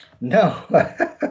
no